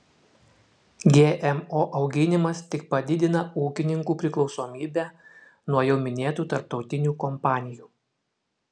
gmo auginimas tik padidina ūkininkų priklausomybę nuo jau minėtų tarptautinių kompanijų